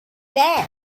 that